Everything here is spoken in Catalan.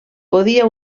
podia